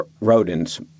rodents